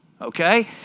Okay